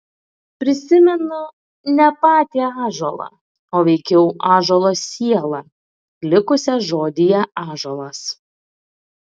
prisimenu ne patį ąžuolą o veikiau ąžuolo sielą likusią žodyje ąžuolas